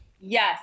Yes